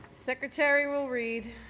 secretary will read.